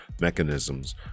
mechanisms